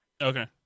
Okay